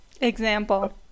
Example